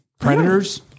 predators